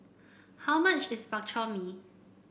how much is Bak Chor Mee